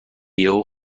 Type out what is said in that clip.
یهو